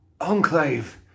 Enclave